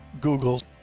Google